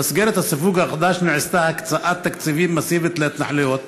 במסגרת הסיווג החדש נעשתה הקצאת תקציבית מסיבית להתנחלויות